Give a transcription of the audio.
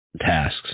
tasks